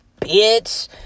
bitch